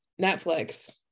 Netflix